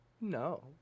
No